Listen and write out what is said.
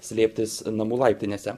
slėptis namų laiptinėse